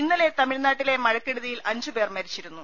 ഇന്നലെ തമിഴ്നാട്ടിലെ മഴക്കെടുതിയിൽ അഞ്ചു പേർ മരിച്ചിരുന്നു